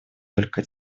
только